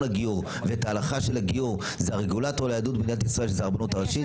הגיור ואת ההלכה הוא הרגולטור ליהדות במדינת ישראל שזאת הרבנות הראשית,